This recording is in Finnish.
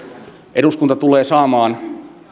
eduskunta tulee saamaan